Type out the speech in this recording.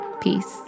Peace